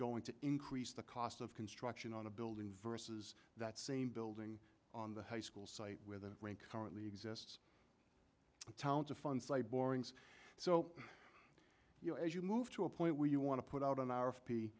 going to increase the cost of construction on a building versus that same building on the high school site where the rain currently exists the town to fund side borings so you know as you move to a point where you want to put out an hour of p